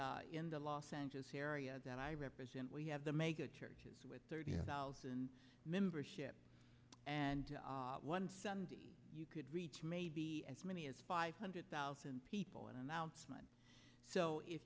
and in the los angeles area that i represent we have the mega churches with thirty thousand membership one sunday you could reach maybe as many as five hundred thousand people an announcement so if